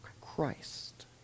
Christ